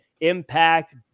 impact